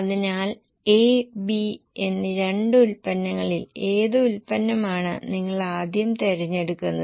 അതിനാൽ A B എന്നീ രണ്ട് ഉൽപ്പന്നങ്ങളിൽ ഏത് ഉൽപ്പന്നമാണ് നിങ്ങൾ ആദ്യം തിരഞ്ഞെടുക്കുന്നത്